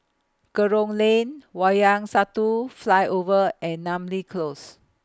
Kerong Lane Wayang Satu Flyover and Namly Close